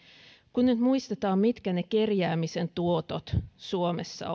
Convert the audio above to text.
kun nyt muistetaan mitkä ne kerjäämisen tuotot suomessa